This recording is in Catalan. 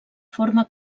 forma